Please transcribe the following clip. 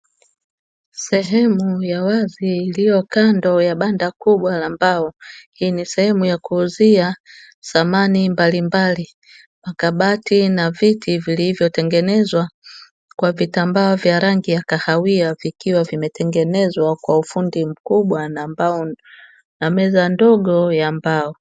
Sehemu ya wazi iliyo kando ya banda kubwa la mbao, hii ni sehemu ya kuuzia samani mbalimbali, makabati na viti vilivyotengenezwa kwa vitambaa vya rangi ya kahawia vikiwa vimetengenezwa kwa ufundi mkubwa na mbao, na meza ndogo ya mbao.